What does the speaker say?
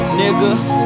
nigga